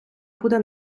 буде